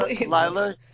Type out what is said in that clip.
Lila